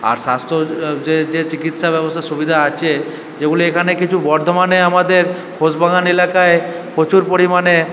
আর স্বাস্থ্য যে যে চিকিৎসা ব্যবস্থার সুবিধা আছে যেগুলি এখানে কিছু বর্ধমানে আমাদের খোসবাগান এলাকায় প্রচুর পরিমাণে